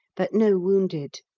but no wounded.